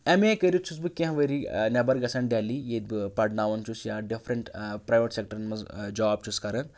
M A کٔرِتھ چھُس بہٕ کینٛہہ ؤری نٮ۪بَر گژھان دہلی ییٚتہِ بہٕ پَرناوان چھُس یا ڈِفرَنٛٹ پرٛایوَیٹ سٮ۪کٹَرَن منٛز جاب چھُس کَران